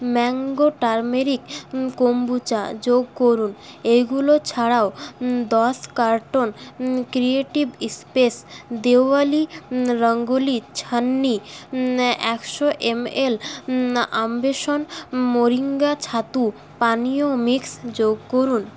mango turmeric kombucha যোগ করুন এগুলো ছাড়াও দশ carton creative space Diwali rangoli ছান্নি একশো এমএল আমবেষন মোরিঙ্গা ছাতু পানীয় মিক্স যোগ করুন